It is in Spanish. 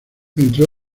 entre